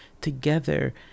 together